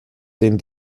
den